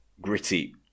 gritty